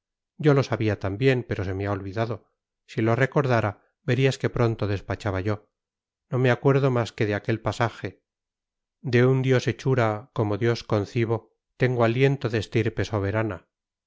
yo lo sabía también pero se me ha olvidado si lo recordara verías qué pronto despachaba yo no me acuerdo más que de aquel pasaje con tal estímulo se